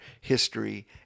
history